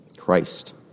Christ